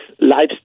life